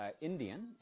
Indian